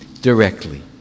directly